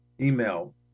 email